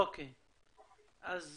יש